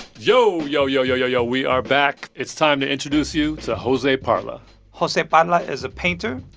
yo, yo, yo, yo, yo, yo, we are back. it's time to introduce you to jose parla jose parla is a painter,